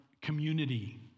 community